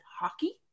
hockey